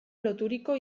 loturiko